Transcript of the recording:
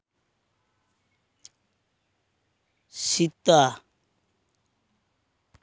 ᱥᱮᱛᱟ